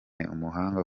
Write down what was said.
umuhanga